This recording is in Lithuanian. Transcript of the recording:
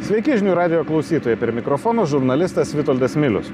sveiki žinių radijo klausytojai per mikrofoną žurnalistas vitoldas milius